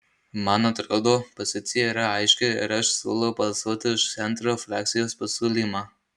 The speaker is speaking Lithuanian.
man atrodo pozicija yra aiški ir aš siūlau balsuoti už centro frakcijos pasiūlymą